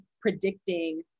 predicting